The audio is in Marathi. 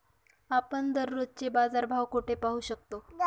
आपण दररोजचे बाजारभाव कोठे पाहू शकतो?